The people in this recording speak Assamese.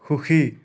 সুখী